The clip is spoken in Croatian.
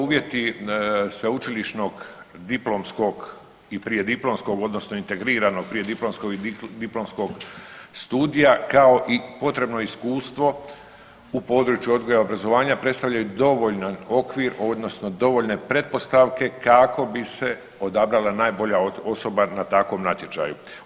Uvjeti sveučilišnog diplomskog i prijediplomskog odnosno integriranog prijediplomskog i diplomskog studija kao i potrebno iskustvo u području odgoja i obrazovanja predstavljaju dovoljan okvir odnosno dovoljne pretpostavke kako bi se odabrala najbolja osoba na takvom natječaju.